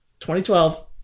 2012